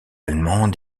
allemande